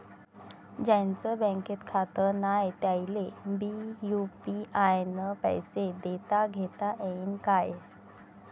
ज्याईचं बँकेत खातं नाय त्याईले बी यू.पी.आय न पैसे देताघेता येईन काय?